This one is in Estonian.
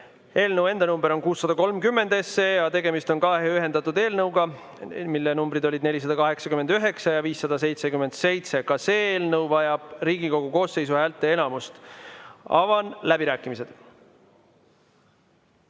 Eelnõu enda number on 630, aga tegemist on kahe ühendatud eelnõuga, mille numbrid olid 489 ja 577. Ka see eelnõu vajab Riigikogu koosseisu häälteenamust. Avan läbirääkimised.